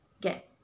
get